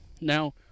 Now